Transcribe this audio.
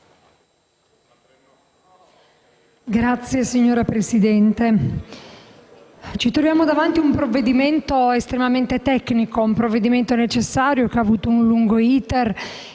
Signora Presidente, ci troviamo davanti a un provvedimento estremamente tecnico, un provvedimento necessario che ha avuto un lungo *iter*